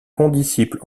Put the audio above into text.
condisciple